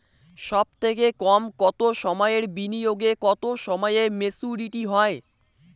সবথেকে কম কতো সময়ের বিনিয়োগে কতো সময়ে মেচুরিটি হয়?